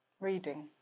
reading